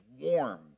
warm